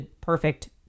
perfect